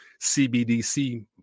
CBDC